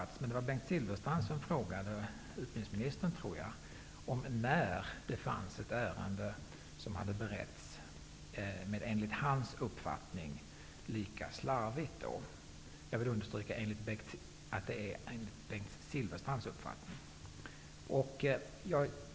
Jag tror att det var Bengt Silfverstrand som frågade utbildningsministern när ett ärende hade beretts, enligt hans uppfattning, lika slarvigt. Jag vill understryka att det är enligt Bengt Silfverstrands uppfattning.